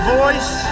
voice